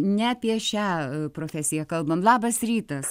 ne apie šią profesiją kalbam labas rytas